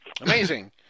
Amazing